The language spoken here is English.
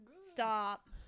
stop